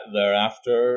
Thereafter